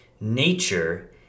Nature